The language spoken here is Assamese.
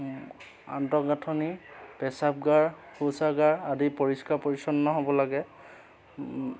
আন্তঃগাঁথনি পেচাবগাৰ শৌচাগাৰ আদি পৰিষ্কাৰ পৰিচ্ছন্ন হ'ব লাগে